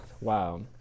Wow